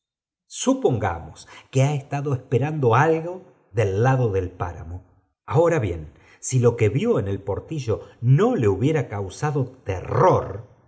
supongamos que ha eeéa do esperando algo del do del páramo ahora bien si lo que vió en el ptatülo no le hubiera causado terror